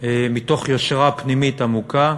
מתוך יושרה פנימית עמוקה,